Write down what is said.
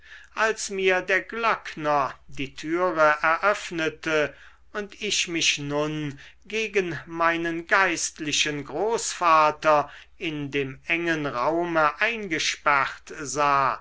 als mir der glöckner die türe eröffnete und ich mich nun gegen meinen geistlichen großvater in dem engen raume eingesperrt sah